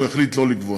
אם הוא יחליט לא לקבוע.